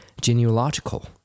genealogical